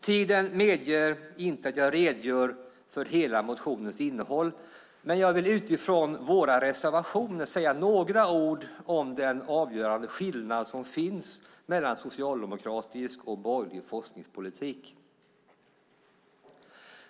Tiden medger inte att jag redogör för hela motionens innehåll, men jag vill utifrån våra reservationer säga några ord om den avgörande skillnad som finns mellan socialdemokratisk och borgerlig forskningspolitik.